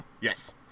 yes